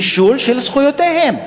ניצול של זכויותיהם.